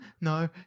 no